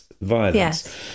violence